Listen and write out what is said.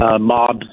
mobs